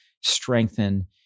strengthen